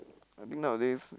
I think nowadays